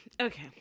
Okay